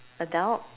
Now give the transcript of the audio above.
adult